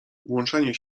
włączanie